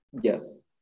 Yes